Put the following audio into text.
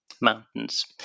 Mountains